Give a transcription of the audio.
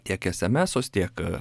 tiek esemesus tiek